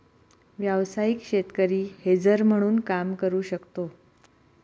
व्यावसायिक शेतकरी हेजर म्हणून काम करू शकतो